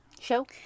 Show